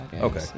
Okay